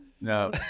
no